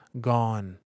Gone